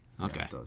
Okay